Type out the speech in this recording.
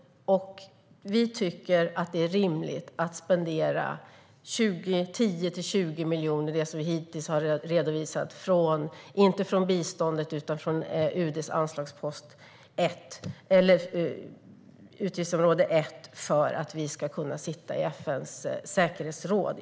Vi tycker att det är rimligt att spendera 10-20 miljoner, det som vi hittills har redovisat, från UD:s utgiftsområde 1 för att vi ska kunna sitta i FN:s säkerhetsråd.